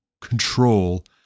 control